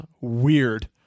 weird